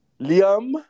Liam